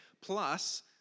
Plus